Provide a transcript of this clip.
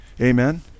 Amen